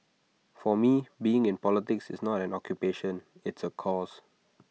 for me being in politics is not an occupation it's A cause